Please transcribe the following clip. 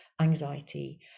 anxiety